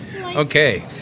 Okay